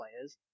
players